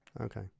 Okay